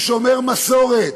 הוא שומר מסורת,